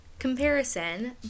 Comparison